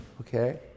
Okay